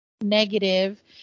negative